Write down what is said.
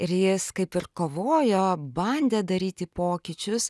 ir jis kaip ir kovojo bandė daryti pokyčius